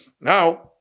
Now